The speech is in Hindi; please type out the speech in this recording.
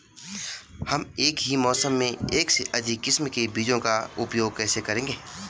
हम एक ही मौसम में एक से अधिक किस्म के बीजों का उपयोग कैसे करेंगे?